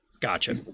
Gotcha